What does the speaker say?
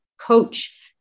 coach